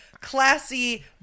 classy